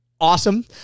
Awesome